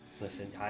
Listen